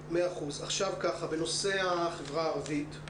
בנושא החברה הערבית.